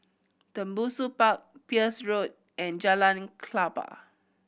Tembusu Park Peirce Road and Jalan Klapa